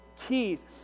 keys